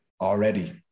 already